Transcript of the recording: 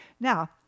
now